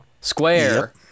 Square